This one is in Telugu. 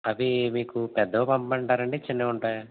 అదీ మీకు పెద్దవి పంపమంటారా అండి చిన్నవి ఉంటాయా